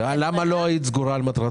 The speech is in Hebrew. למה לא היית סגורה על מטרת הדיון?